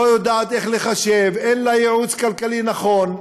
לא יודעת איך לחשב, אין לה ייעוץ כלכלי נכון.